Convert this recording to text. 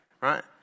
right